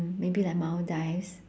maybe like maldives